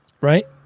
right